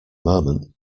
moment